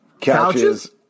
Couches